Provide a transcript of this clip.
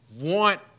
want